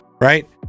right